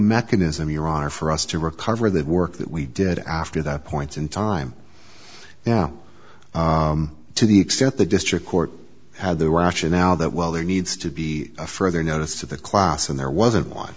mechanism your honor for us to recover that work that we did after that point in time now to the extent the district court had the rationale that well there needs to be a further notice to the class and there wasn't one